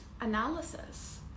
analysis